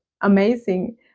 amazing